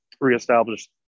reestablished